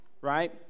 Right